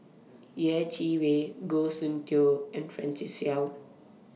Yeh Chi Wei Goh Soon Tioe and Francis Seow